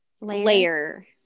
layer